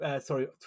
sorry